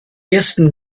ersten